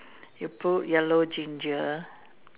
you put yellow ginger